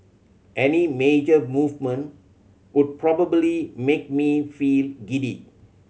any major movement would probably make me feel giddy